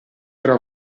era